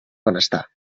benestar